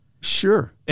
Sure